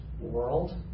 world